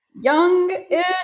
young-ish